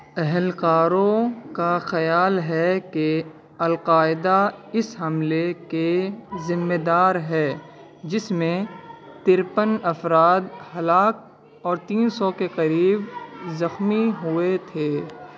اہلکاروں کا خیال ہے کہ القاعدہ اس حملے کے ذمےدار ہے جس میں ترپن افراد ہلاک اور تین سو کے قریب زخمی ہوئے تھے